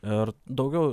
ir daugiau